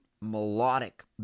melodic